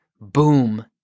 boom